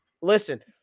Listen